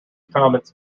comments